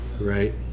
Right